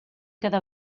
cada